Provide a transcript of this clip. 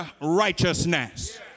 righteousness